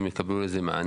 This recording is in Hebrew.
והם יקבלו על זה מענה.